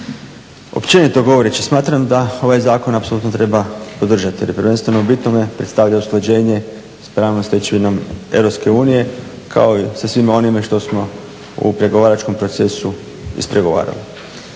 Općenito govoreći smatram da ovaj zakon apsolutno treba podržati jer prvenstveno u bitnome predstavlja usklađenje s pravnom stečevinom EU kao i sa svime onime što smo u pregovaračkom procesu ispregovarali.